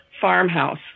farmhouse